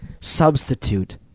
substitute